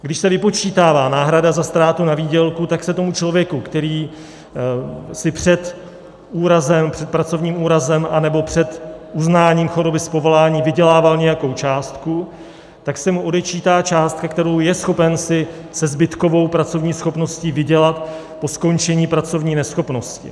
Když se vypočítává náhrada za ztrátu na výdělku, tak se tomu člověku, který si před úrazem, před pracovním úrazem, anebo před uznáním choroby z povolání vydělával nějakou částku, tak se mu odečítá částka, kterou je schopen si se zbytkovou pracovní schopností vydělat po skončení pracovní neschopnosti.